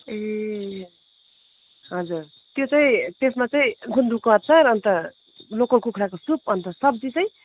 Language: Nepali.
ए हजुर त्यो चाहिँ त्यसमा चाहिँ गुन्द्रुकको अचार अन्त लोकल कुखुराको सुप अन्त सब्जी चाहिँ